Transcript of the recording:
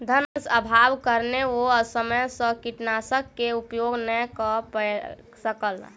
धनअभावक कारणेँ ओ समय सॅ कीटनाशक के उपयोग नै कअ सकला